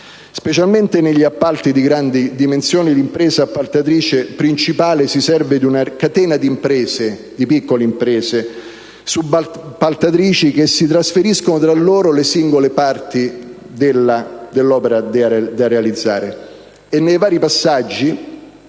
Specialmente negli appalti di grandi dimensioni, l'impresa appaltatrice si serve di una catena di piccole imprese subappaltatrici, che si suddividono tra loro singole parti dell'opera da realizzare, e nei vari passaggi